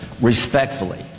respectfully